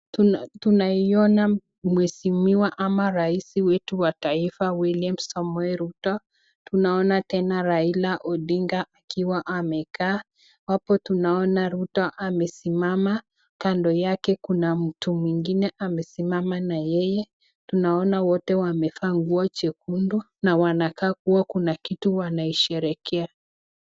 Tunamwona mheshimiwa au raisi wetu wa Kenya William Samoei Ruto. Tunaona tena Raila Odinga akiwa amekaa. Hapo tunaona Ruto amesimama ,kando yake kuna mtu mwengine amesimama na yeye. Tunaona wote wamevaa nguo jekundu na wanakaa kuwa kuna kitu wanaisherehekea .